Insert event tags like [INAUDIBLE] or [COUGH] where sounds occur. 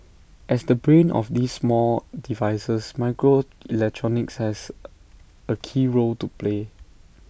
as the brain of these small devices microelectronics has [HESITATION] A key role to play